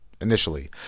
initially